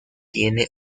tiene